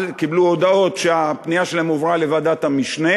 קיבלו הודעות שהפנייה שלהם הועברה לוועדת המשנה,